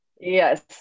Yes